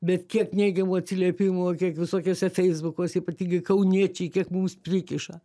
bet kiek neigiamų atsiliepimų kiek visokiuose feisbukuose ypatingai kauniečiai kiek mums prikiša